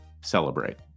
celebrate